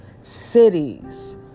cities